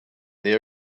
they